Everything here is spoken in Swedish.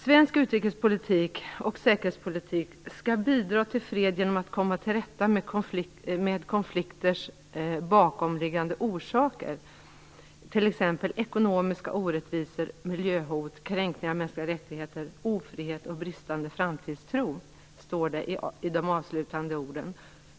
Svensk utrikes och säkerhetspolitik skall bidra till fred genom att komma till rätta med de bakomliggande orsakerna till konflikter, t.ex. ekonomiska orättvisor, miljöhot, kränkningar av mänskliga rättigheter, ofrihet och bristande framtidstro, framhålls det i deklarationens avslutande ord.